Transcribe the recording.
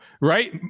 right